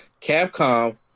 Capcom